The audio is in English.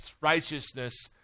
righteousness